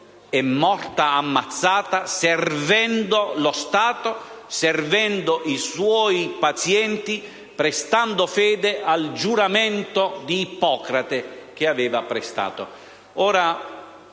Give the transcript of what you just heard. è morta ammazzata servendo lo Stato, servendo i suoi pazienti, prestando fede al giuramento di Ippocrate. Signor Presidente,